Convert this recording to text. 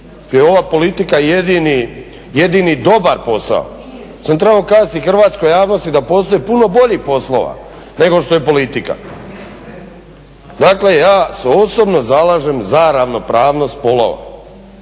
ova politika jedini dobar posao. Ja sam trebao kazati hrvatskoj javnosti da postoji puno boljih poslova nego što je politika. Dakle ja se osobno zalažem za ravnopravnost spoloval